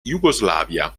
jugoslavia